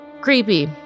creepy